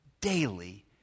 daily